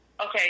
Okay